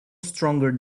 stronger